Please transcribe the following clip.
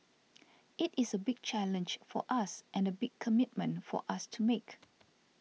it is a big challenge for us and a big commitment for us to make